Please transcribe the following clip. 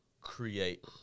create